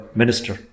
minister